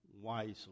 wisely